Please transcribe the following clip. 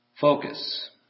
focus